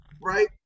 right